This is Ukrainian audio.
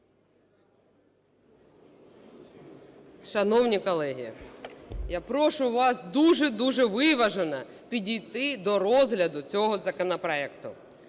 Шановні колеги! Я прошу вас дуже-дуже виважено підійти до розгляду цього законопроекту.